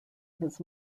his